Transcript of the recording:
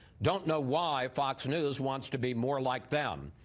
don't know why fox news wants to be more like them.